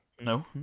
No